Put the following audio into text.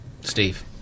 steve